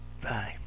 Bye